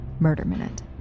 MurderMinute